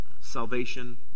salvation